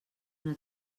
una